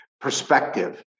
perspective